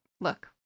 look